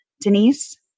Denise